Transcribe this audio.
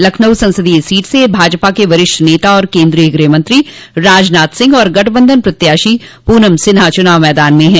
लखनऊ संसदीय सीट से भाजपा के वरिष्ठ नेता और केन्द्रीय गृहमंत्री राजनाथ सिंह और गंठबंधन प्रत्याशी पूनम सिन्हा चुनाव मैदान में हैं